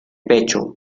pecho